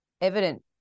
evident